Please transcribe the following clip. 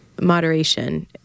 moderation